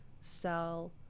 sell